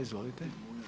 Izvolite.